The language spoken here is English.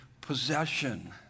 possession